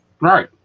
Right